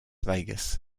vegas